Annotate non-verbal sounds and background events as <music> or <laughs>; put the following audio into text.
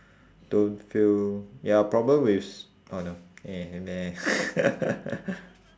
don't feel ya problems with s~ oh no eh meh <laughs>